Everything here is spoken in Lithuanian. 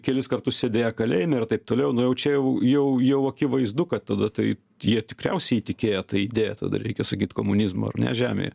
kelis kartus sėdėję kalėjime ir taip toliau nu jau čia jau jau jau akivaizdu kad tada tai jie tikriausiai įtikėję ta idėja tada reikia sakyt komunizmo ar ne žemėje